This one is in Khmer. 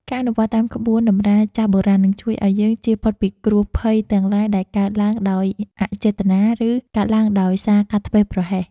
ការអនុវត្តតាមក្បួនតម្រាចាស់បុរាណនឹងជួយឱ្យយើងជៀសផុតពីគ្រោះភ័យទាំងឡាយដែលកើតឡើងដោយអចេតនា ឬ កើតឡើងដោយសារការធ្វេសប្រហែស។